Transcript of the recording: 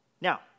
Now